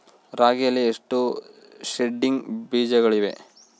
ರಾಗಿಯಲ್ಲಿ ಎಷ್ಟು ಸೇಡಿಂಗ್ ಬೇಜಗಳಿವೆ?